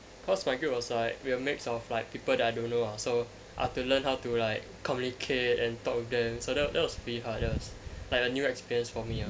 cause my group was like a mix of like people that I don't know lah so I had to learn how to like communicate and talk with them so that that was pretty hard like a new experience for me ah